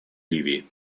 ливии